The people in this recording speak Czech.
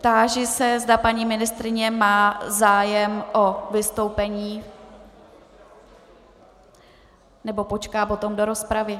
Táži se, zda paní ministryně má zájem o vystoupení, nebo počká potom do rozpravy.